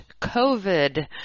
COVID